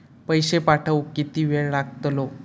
पैशे पाठवुक किती वेळ लागतलो?